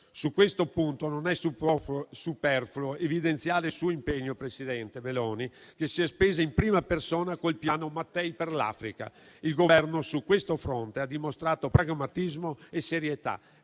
Su questo punto non è superfluo evidenziare il suo impegno, presidente Meloni, che si è spesa in prima persona con il Piano Mattei per l'Africa. Il Governo su questo fronte ha dimostrato pragmatismo e serietà.